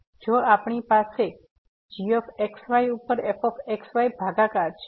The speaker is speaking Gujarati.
જો આપણી પાસે g x y ઉપર f x y ભાગાકાર છે